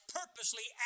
purposely